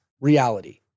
reality